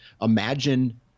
imagine